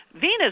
Venus